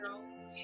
girls